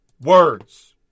words